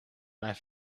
mijn